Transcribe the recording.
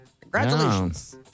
Congratulations